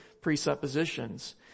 presuppositions